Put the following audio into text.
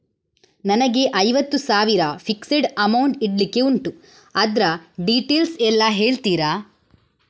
ನನಗೆ ಐವತ್ತು ಸಾವಿರ ಫಿಕ್ಸೆಡ್ ಅಮೌಂಟ್ ಇಡ್ಲಿಕ್ಕೆ ಉಂಟು ಅದ್ರ ಡೀಟೇಲ್ಸ್ ಎಲ್ಲಾ ಹೇಳ್ತೀರಾ?